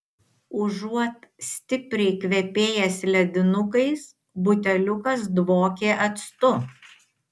užuot stipriai kvepėjęs ledinukais buteliukas dvokė actu